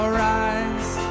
rise